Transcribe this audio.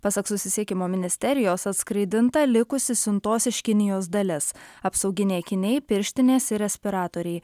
pasak susisiekimo ministerijos atskraidinta likusi siuntos iš kinijos dalis apsauginiai akiniai pirštinės ir respiratoriai